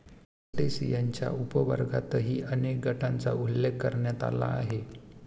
क्रस्टेशियन्सच्या उपवर्गांतर्गतही अनेक गटांचा उल्लेख करण्यात आला आहे